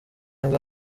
nibwo